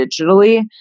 digitally